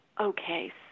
Okay